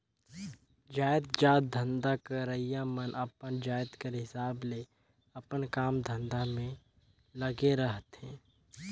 जाएतजात धंधा करइया मन अपन जाएत कर हिसाब ले अपन काम धंधा में लगे रहथें